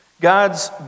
God's